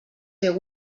fer